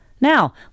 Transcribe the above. Now